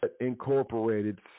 incorporated